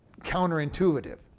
counterintuitive